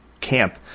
camp